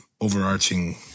overarching